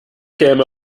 käme